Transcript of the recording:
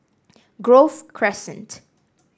Grove Crescent